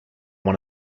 one